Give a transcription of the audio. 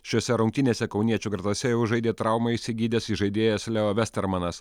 šiose rungtynėse kauniečių gretose žaidė traumą išsigydęs įžaidėjas leo vestermanas